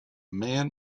man